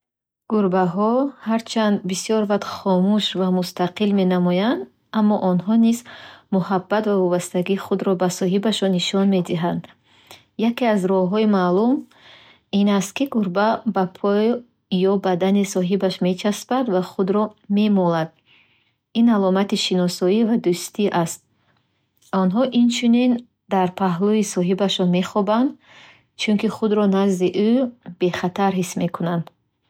Гурбаҳо, ҳарчанд бисёр вақт хомӯш ва мустақил менамоянд, аммо онҳо низ муҳаббат ва вобастагии худро ба соҳибашон нишон медиҳанд. Яке аз роҳҳои маъмул ин аст, ки гурба ба пой ё бадани соҳибаш мечаспад ва худро мемолад. Ин аломати шиносоӣ ва дӯстӣ аст. Онҳо инчунин дар паҳлуи соҳибашон мехобанд, чунки худро назди ӯ бехатар ҳис мекунанд.